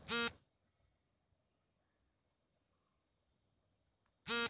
ಕಾಳುಗಳಲ್ಲಿ ಬೀಜಗಳನ್ನು ತಿನ್ನಲು ಪ್ರಾರಂಭಿಸುವ ಲಾರ್ವಗಳ ಬಗ್ಗೆ ತಿಳಿಸಿ?